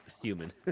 human